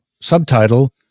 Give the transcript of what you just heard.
Subtitle